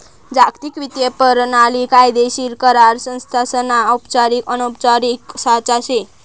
जागतिक वित्तीय परणाली कायदेशीर करार संस्थासना औपचारिक अनौपचारिक साचा शे